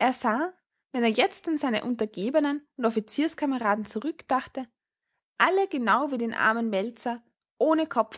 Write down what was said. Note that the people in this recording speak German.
er sah wenn er jetzt an seine untergebenen und offizierskameraden zurückdachte alle genau wie den armen meltzar ohne kopf